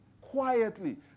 quietly